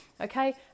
okay